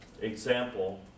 example